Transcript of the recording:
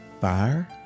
fire